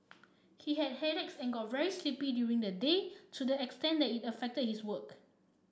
he had headaches and got very sleepy during the day to the extent that it affected his work